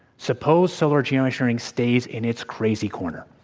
suppose solar geoengineering stays in its crazy corner.